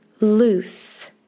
Loose